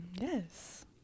Yes